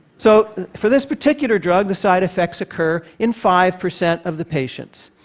so for this particular drug, the side effects occur in five percent of the patients.